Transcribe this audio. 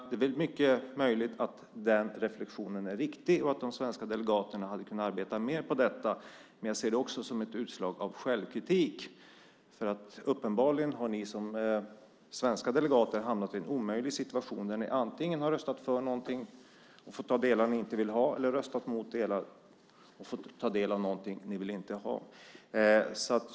Det är mycket möjligt att den reflexionen är viktig och att de svenska delegaterna hade kunnat arbeta mer på detta, men jag ser det också som ett utslag av självkritik, för uppenbarligen har ni som svenska delegater hamnat i en omöjlig situation där ni antingen har röstat för någonting och fått ta delar ni inte vill ha eller röstat mot delar och fått ta del av något annat ni inte vill ha.